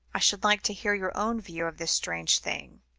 i should like to hear your own view of this strange thing.